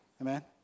Amen